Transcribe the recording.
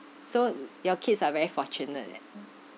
so your kids are very fortunate eh